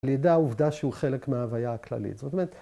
‫לידע העובדה שהוא חלק ‫מההוויה הכללית.